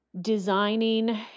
designing